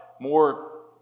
more